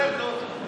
יותר טוב,